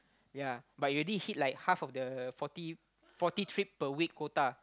ya but you already hit like half of the forty forty trip per week quota